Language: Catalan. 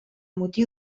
motiu